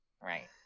Right